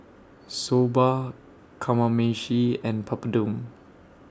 Soba Kamameshi and Papadum